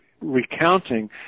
recounting